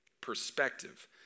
Perspective